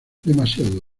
demasiado